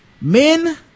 men